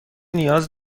نیاز